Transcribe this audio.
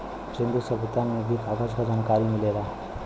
सिंन्धु सभ्यता में भी कागज क जनकारी मिलेला